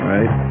Right